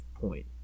point